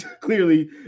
clearly